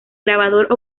grabador